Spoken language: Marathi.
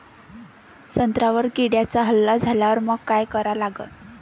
संत्र्यावर किड्यांचा हल्ला झाल्यावर मंग काय करा लागन?